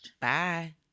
Bye